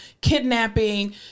kidnapping